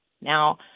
Now